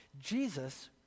Jesus